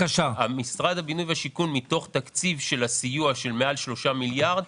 משרד הבינוי והשיכון מתוך תקציב הסיוע של יותר מ-3 מיליארד,